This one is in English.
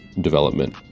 development